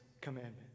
commandment